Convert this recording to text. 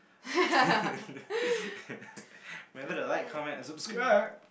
remember to like comment and subscribe